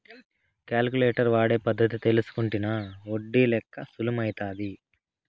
calculator వాడే పద్ధతి తెల్సుకుంటినా ఒడ్డి లెక్క సులుమైతాది